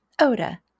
Oda